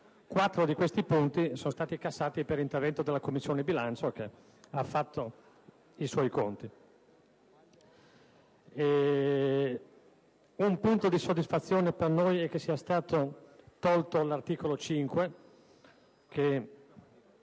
quattro di questi punti sono stati cassati per intervento della Commissione bilancio, che ha fatto i suoi conti. Un punto di soddisfazione per noi è che si proponga la soppressione